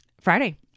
Friday